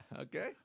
Okay